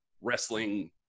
wrestling